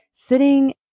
sitting